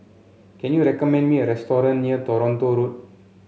can you recommend me a restaurant near Toronto Road